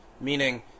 meaning